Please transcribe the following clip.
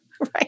Right